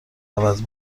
عوض